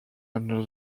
under